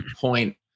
point